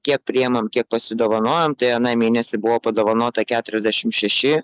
kiek priėmam kiek pasidovanojom tai aną mėnesį buvo padovanota keturiasdešim šeši